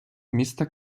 міста